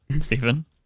Stephen